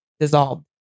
dissolve